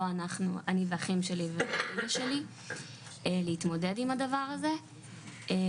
לא אני והאחים שלי ואימא שלי להתמודד עם הדבר הזה,